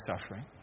suffering